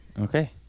okay